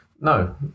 no